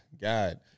God